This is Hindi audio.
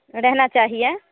रहना चाहिए